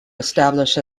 establish